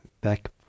back